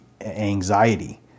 anxiety